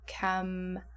come